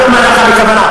אני אומר לך מה הכוונה.